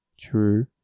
True